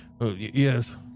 Yes